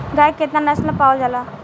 गाय के केतना नस्ल पावल जाला?